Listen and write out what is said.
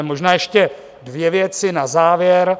Možná ještě dvě věci na závěr.